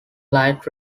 light